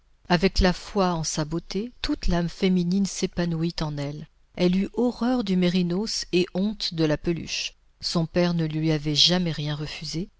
avec la foi en sa beauté toute l'âme féminine s'épanouit en elle elle eut horreur du mérinos et honte de la peluche son père ne lui avait jamais rien refusé